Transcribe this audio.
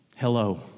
hello